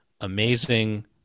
amazing